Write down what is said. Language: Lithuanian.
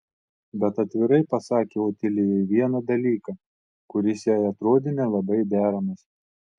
bet atvirai pasakė otilijai vieną dalyką kuris jai atrodė nelabai deramas